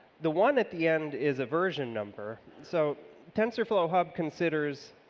the one at the end is a version number, so tensorflow hub considers